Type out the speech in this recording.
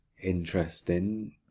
interesting